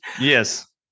yes